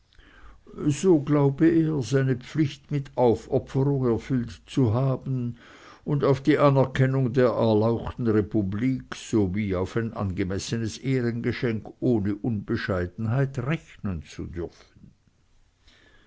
so glaube er seine pflicht mit aufopferung erfüllt zu haben und auf die anerkennung der erlauchten republik sowie auf ein angemessenes ehrengeschenk ohne unbescheidenheit rechnen zu dürfen